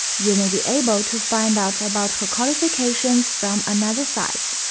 you may be able to find out about her qualifications from another site.